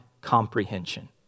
comprehension